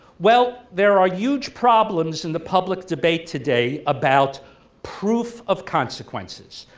well, there are huge problems in the public debate today about proof of consequences.